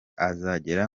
azagera